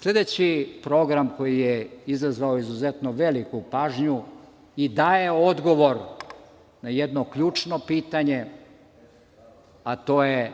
sledeći program koji je izazvao izuzetno veliku pažnju i daje odgovor na jedno ključno pitanje, a to je